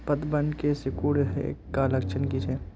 पतबन के सिकुड़ ऐ का लक्षण कीछै?